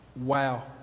Wow